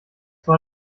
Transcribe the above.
war